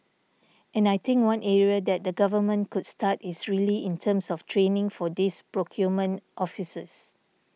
and I think one area that the Government could start is really in terms of training for these procurement officers